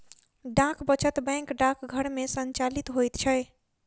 डाक वचत बैंक डाकघर मे संचालित होइत छै